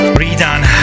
redone